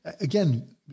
Again